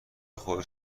خرد